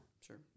Sure